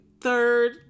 third